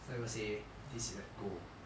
so I'm gonna say this is like go